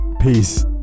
Peace